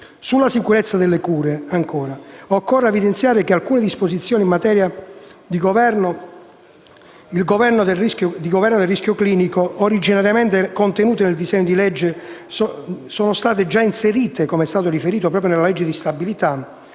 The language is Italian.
Sulla sicurezza delle cure occorre evidenziare che alcune disposizioni in materia di governo del rischio clinico, originariamente contenute nel disegno di legge, sono già state inserite nella legge di stabilità